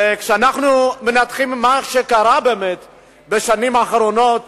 כשאנחנו מנתחים מה קרה בשנים האחרונות,